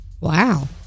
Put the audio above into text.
wow